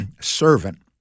servant